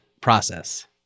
process